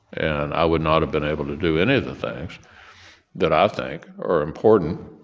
and i would not have been able to do any of the things that i think are important